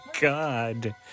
god